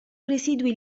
residui